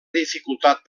dificultat